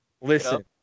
listen